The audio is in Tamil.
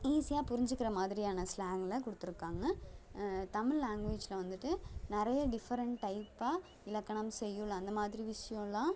ஈஸியாக புரிஞ்சிக்கிற மாதிரியான ஸ்லாங்கில் கொடுத்துருக்காங்க தமிழ் லாங்குவேஜில் வந்துட்டு நிறைய டிஃபரெண்ட் டைப்பாக இலக்கணம் செய்யுள் அந்த மாதிரி விஷயம் எல்லாம்